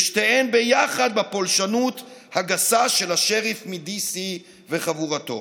שתיהן ביחד, בפולשנות הגסה של השריף מ-DC וחבורתו.